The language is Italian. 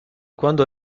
quando